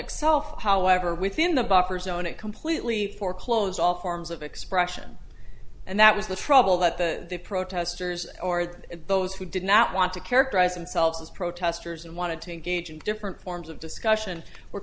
itself however within the buffer zone it completely foreclose all forms of expression and that was the trouble that the protesters are that those who did not want to characterize themselves as protestors and wanted to engage in different forms of discussion were